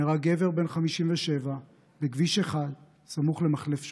נהרג גבר בן 57 בכביש 1 סמוך למחלף שפירים.